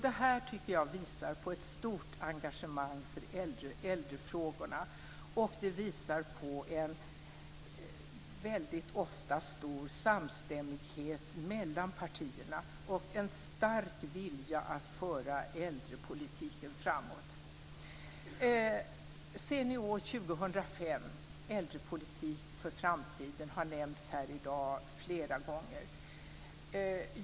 Detta tycker jag visar på ett stort engagemang för äldrefrågorna och på en väldigt ofta stor samstämmighet mellan partierna och en stark vilja att föra äldrepolitiken framåt. Senior 2005 - äldrepolitik för framtiden har nämnts flera gånger här i dag.